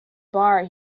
bar